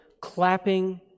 clapping